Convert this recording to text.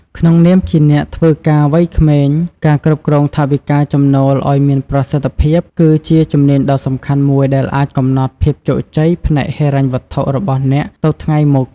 ក្នុងនាមជាអ្នកធ្វើការវ័យក្មេង ការគ្រប់គ្រងថវិកាចំណូលឱ្យមានប្រសិទ្ធភាពគឺជាជំនាញដ៏សំខាន់មួយដែលអាចកំណត់ភាពជោគជ័យផ្នែកហិរញ្ញវត្ថុរបស់អ្នកទៅថ្ងៃមុខ។